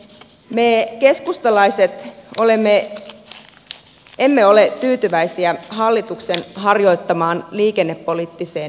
me keskustalaiset emme ole tyytyväisiä hallituksen harjoittamaan liikennepoliittiseen linjaukseen